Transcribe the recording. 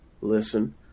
listen